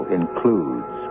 includes